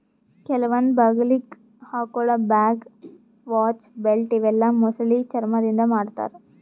ಕೆಲವೊಂದ್ ಬಗಲಿಗ್ ಹಾಕೊಳ್ಳ ಬ್ಯಾಗ್, ವಾಚ್, ಬೆಲ್ಟ್ ಇವೆಲ್ಲಾ ಮೊಸಳಿ ಚರ್ಮಾದಿಂದ್ ಮಾಡ್ತಾರಾ